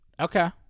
Okay